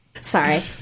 Sorry